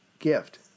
gift